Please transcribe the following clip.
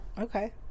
Okay